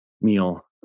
Meal